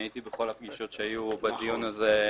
הייתי בכל הפגישות שהיו בדיון הזה,